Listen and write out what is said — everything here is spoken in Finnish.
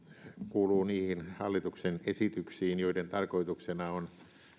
kuuluu niihin hallituksen esityksiin joiden tarkoituksena on